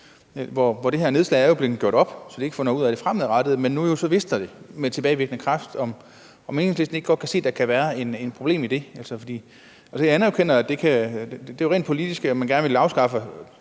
er det her nedslag blevet gjort op, så de ikke får noget ud af det fremadrettet, men nu mister de det jo med tilbagevirkende kraft. Kan Enhedslisten ikke godt se, at der kan være et problem i det? Jeg anerkender, at det er rent politisk, at man gerne vil afskaffe